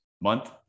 month